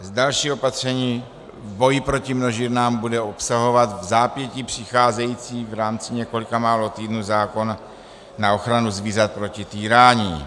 Další opatření, boj proti množírnám, bude obsahovat vzápětí přicházející v rámci několika málo týdnů zákon na ochranu zvířat proti týrání.